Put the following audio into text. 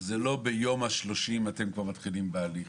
לא ביום השלושים אתם כבר מתחילים בתהליך,